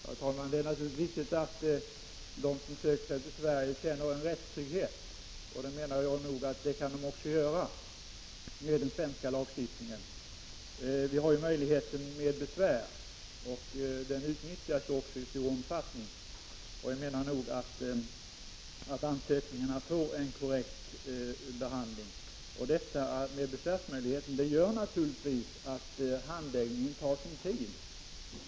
Herr talman! Det är naturligtvis viktigt att de som söker sig till Sverige känner en rättstrygghet, och jag menar att det kan de också göra med den svenska lagstiftningen. Det finns ju möjlighet att anföra besvär, och den utnyttjas också i stor omfattning. Jag menar att ansökningarna får en korrekt behandling. Att det finns besvärsmöjligheter gör naturligtvis att handläggningen tar sin tid.